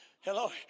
Hello